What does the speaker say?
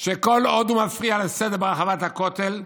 שכל עוד הוא מפריע לסדר ברחבת הכותל,